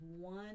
one